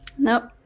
Nope